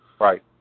Right